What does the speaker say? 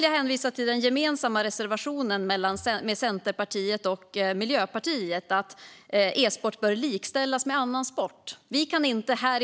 Jag hänvisar till Miljöpartiets och Centerpartiets gemensamma reservation om att e-sport bör likställas med annan sport.